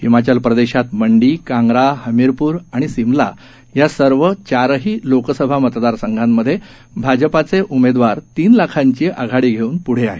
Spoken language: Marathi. हिमाचल प्रदेशात मंडी कांग्रा हमीरपूर आणि सिमला या सर्व चारही लोकसभा मतदारसंघांत भाजपाचे उमेदवार तीन लाखांची आघाडी घेऊन प्ढे आहेत